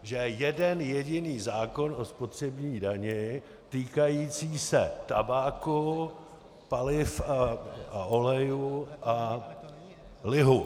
Je jeden jediný zákon o spotřební dani týkající se tabáku, paliv a olejů a lihu.